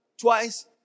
twice